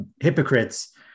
hypocrites